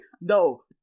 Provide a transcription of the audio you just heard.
no